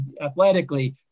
athletically